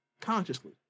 consciously